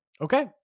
Okay